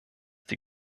die